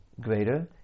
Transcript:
greater